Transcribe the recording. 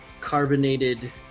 carbonated